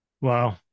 Wow